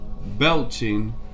belching